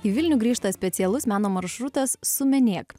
į vilnių grįžta specialus meno maršrutas sumenėk